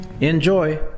Enjoy